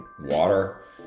water